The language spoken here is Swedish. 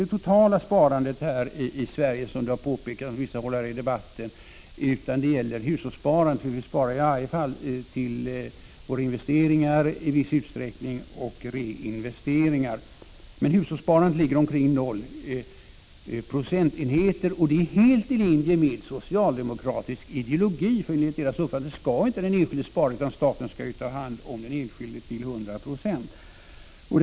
Detta gäller dock inte det totala sparandet, som det har påpekats från vissa håll under debatten, utan det gäller enbart hushållssparandet. Vi sparar ju i alla fall i viss utsträckning till våra investeringar och reinvesteringar. Att hushållssparandet ligger omkring noll procent är helt i linje med socialdemokraternas ideologi, för enligt deras uppfattning skall inte den enskilde spara, utan staten skall ta hand om den enskilde till 100 26.